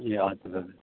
ए हजुर हजुर